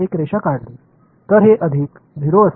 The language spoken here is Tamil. நான் காற்றில் ஒரு கோடு வரைந்தேன்